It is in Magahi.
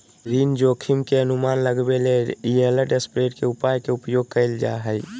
ऋण जोखिम के अनुमान लगबेले यिलड स्प्रेड के उपाय के उपयोग कइल जा हइ